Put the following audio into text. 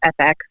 FX